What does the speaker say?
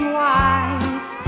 wife